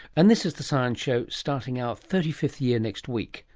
and this is the science show, starting our thirty fifth year next week.